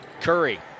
Curry